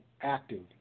active